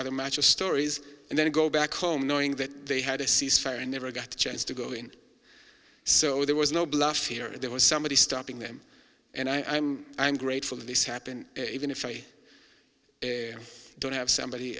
matches stories and then go back home knowing that they had a ceasefire and never got the chance to go in so there was no bluff here and there was somebody stopping them and i am and grateful that this happened even if i don't have somebody